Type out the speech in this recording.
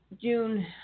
June